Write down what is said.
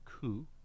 coup